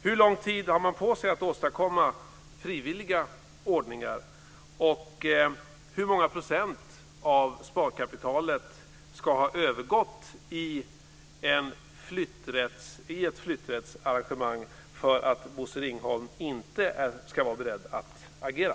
Hur lång tid har man på sig att åstadkomma frivilliga ordningar, och hur många procent av sparkapitalet ska ha övergått i ett flytträttsarrangemang för att Bosse Ringholm inte ska vara beredd att agera?